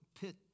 pit